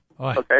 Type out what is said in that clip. Okay